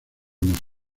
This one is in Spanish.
más